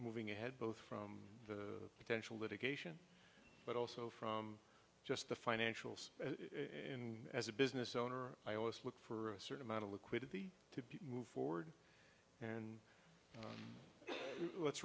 moving ahead both from the potential litigation but also from just the financials in as a business owner i always look for a certain amount of liquidity to move forward and let's